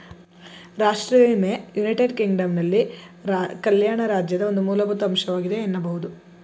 ರಾಷ್ಟ್ರೀಯ ವಿಮೆ ಯುನೈಟೆಡ್ ಕಿಂಗ್ಡಮ್ನಲ್ಲಿ ಕಲ್ಯಾಣ ರಾಜ್ಯದ ಒಂದು ಮೂಲಭೂತ ಅಂಶವಾಗಿದೆ ಎನ್ನಬಹುದು